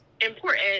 important